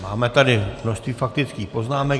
Máme tady množství faktických poznámek.